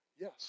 Yes